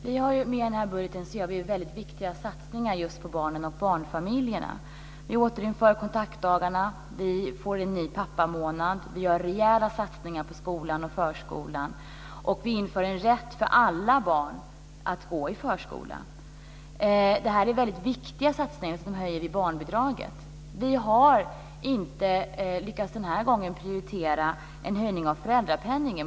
Fru talman! I och med den här budgeten gör vi mycket viktiga satsningar just på barnen och barnfamiljerna. Vi återinför kontaktdagarna. Vi får en ny pappamånad. Vi gör rejäla satsningar på skolan och förskolan, och vi inför en rätt för alla barn att gå i förskolan. Det här är väldigt viktiga satsningar. Dessutom höjer vi barnbidraget. Vi har inte den här gången lyckats prioritera föräldrapenningen.